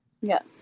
Yes